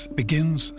begins